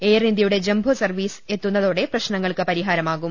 air ഇന്ത്യയുടെ jumbo service എത്തുന്നതോടെ പ്രശ്നങ്ങൾക്ക് പരിഹാരമാകും